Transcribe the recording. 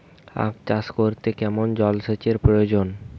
আখ চাষ করতে কেমন জলসেচের প্রয়োজন?